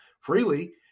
freely